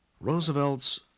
Roosevelt's